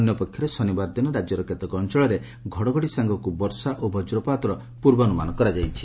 ଅନ୍ୟ ପକ୍ଷରେ ଶନିବାର ଦିନ ରାକ୍ୟର କେତେକ ଅଞ୍ଚଳରେ ଘଡ଼ଘଡ଼ି ସାଙ୍ଗକୁ ବର୍ଷା ଓ ବଜ୍ରପାତର ପୂର୍ବାନୁମାନ କରାଯାଇଛି